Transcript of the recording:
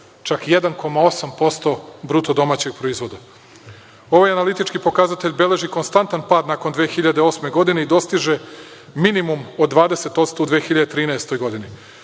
čak 1,8% BDP.Ovaj analitički pokazatelj beleži konstantan pad nakon 2008. godine i dostiže minimum od 20% u 2013. godini.